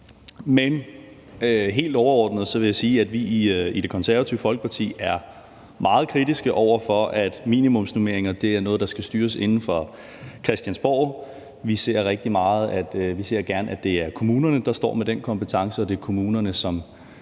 Men helt overordnet vil jeg sige, at vi i Det Konservative Folkeparti er meget kritiske over for, at minimumsnormeringer er noget, der skal styres herinde fra Christiansborg. Vi ser gerne, at det er kommunerne, der står med den kompetence, og at det er kommunerne, som